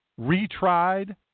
Retried